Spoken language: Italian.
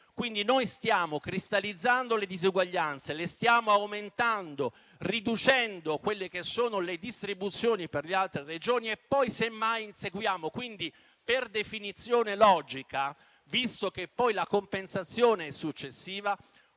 dopo. Noi stiamo cristallizzando le disuguaglianze e le stiamo aumentando, riducendo le distribuzioni per le altre Regioni, e poi semmai inseguiamo. Quindi, per definizione logica, visto che poi la compensazione è successiva,